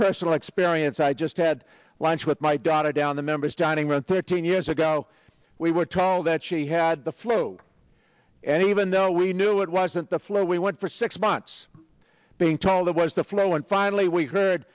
personal experience i just had lunch with my daughter down the members dining room thirteen years ago we were told that she had the flu and even though we knew it wasn't flow we went for six months being told it was the flow and finally we heard